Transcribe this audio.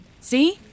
See